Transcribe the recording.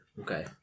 Okay